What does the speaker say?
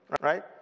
right